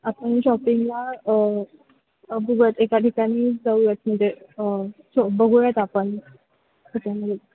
आपण शॉपिंगला बघूयात एका ठिकाणी जाऊयात म्हणजे असं बघूयात आपण